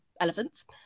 elephants